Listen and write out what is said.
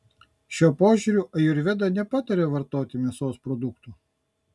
šiuo požiūriu ajurveda nepataria vartoti mėsos produktų